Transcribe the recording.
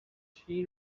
she